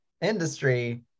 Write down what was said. industry